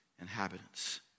inhabitants